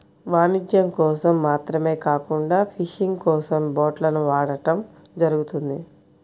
వాణిజ్యం కోసం మాత్రమే కాకుండా ఫిషింగ్ కోసం బోట్లను వాడటం జరుగుతుంది